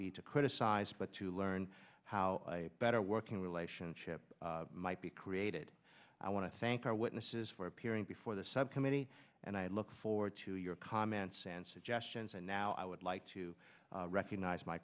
be to criticize but to learn how better working relationship might be created i want to thank our witnesses for appearing before the subcommittee and i look forward to your comments and suggestions and now i would like to recognize my